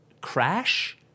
Crash